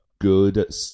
good